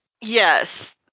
Yes